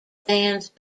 bands